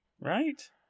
right